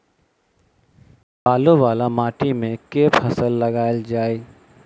बालू वला माटि मे केँ फसल लगाएल जाए?